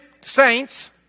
Saints